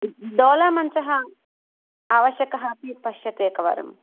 डोलामञ्चः आवश्यकः अपि पश्यतु एकवारम्